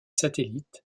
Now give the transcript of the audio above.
satellite